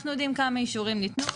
אנחנו יודעים כמה אישורים ניתנו,